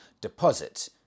deposit